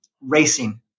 racing